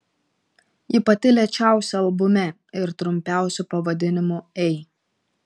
ji pati lėčiausia albume ir trumpiausiu pavadinimu ei